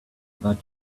that